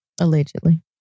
Allegedly